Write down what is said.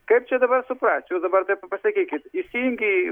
kaip čia dabar suprast jūs dabar taip vat pasakykit įsijungi